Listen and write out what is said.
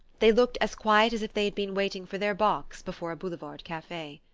they looked as quiet as if they had been waiting for their bocks before a boulevard cafe.